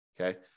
Okay